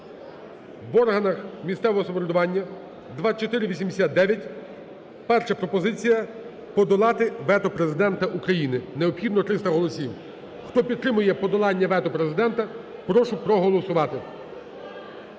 в органах місцевого самоврядування (2489). Перша пропозиція: подолати вето Президента України. Необхідно 300 голосів. Хто підтримує подолання вето Президента, прошу проголосувати.